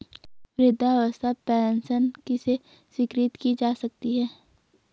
वृद्धावस्था पेंशन किसे स्वीकृत की जा सकती है?